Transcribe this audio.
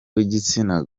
w’igitsina